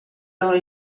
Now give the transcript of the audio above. loro